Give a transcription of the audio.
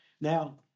Now